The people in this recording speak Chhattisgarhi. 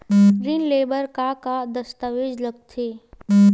ऋण ले बर का का दस्तावेज लगथे?